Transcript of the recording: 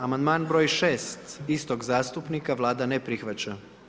Amandman broj 6. istog zastupnika, Vlada ne prihvaća.